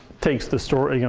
takes the story, you know